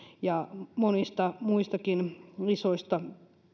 ja monista muistakin isoista